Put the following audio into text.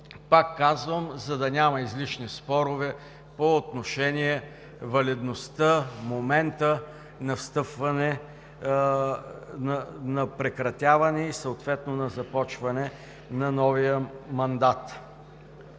Пак казвам, за да няма излишни спорове по отношение валидността, момента на встъпване, на прекратяване и съответно на започване на новия мандат.